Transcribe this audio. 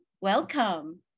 welcome